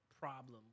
problem